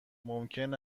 ممکن